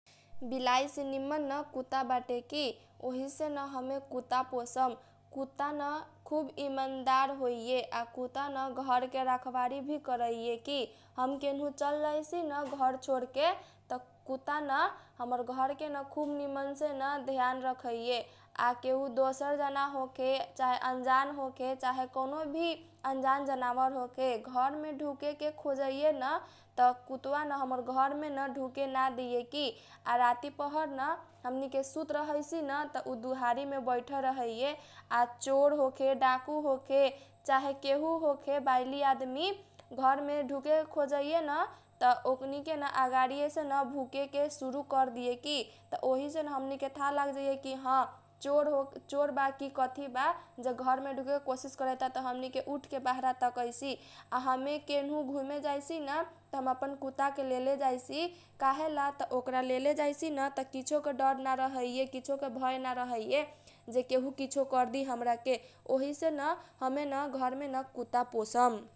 बिलाई से निम्न न कुता बातेते कि उहेसेन हमे न कुता पोसम कुता न खुब इमानदार होइए आ कुता न घर के रख बारी भी करइए कि। हम केनहु चल जाई सी न घर छोरके त कुता न हमर घरके खुब निमन्से न ध्यान रखैए। आ केहु दोसर जना होखे चाहे अनजान होखे चाहे कौनो भी अनजान जनवार होखे घर मे धुके के खोजाइए न त कुतुवा न हमर घर मे ढुके न दिए की। आ राती पहर न हमनी के सुत रहाइसी न त उ दुहरी मे बैठल रहैये। आ चोर होखे चाहे डाकु होखे चाहे केहु होखे बैली आदमी घर मे ढुके के खोजैये न त ओकनी के न अगाडीए से न भुकेके सुरु कर्देइए की। त ओहीसेन हमनीके न थाह लागजैए की ह चोर बा की कथी बा जे घर मे ढुके के कोसिस करैता त हमनि के उठ के बाहरा तकै सी आ हमनी के केन्हु घुमे जैसी न त हम आपन् कुता के लेले जैसी। काहेला ओकारा लेले जैसी न किछो के डर न रहैए कछो के भय न रहैए। जे केहु किछो करदी हमरा के योहीसेन हमेन घरमेन कुता पोसम।